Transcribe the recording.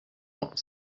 not